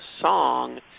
song